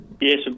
Yes